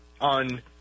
on –